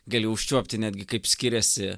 gali užčiuopti netgi kaip skiriasi